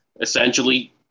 essentially